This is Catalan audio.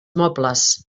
mobles